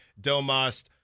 Domast